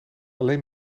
alleen